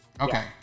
Okay